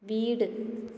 വീട്